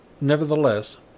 nevertheless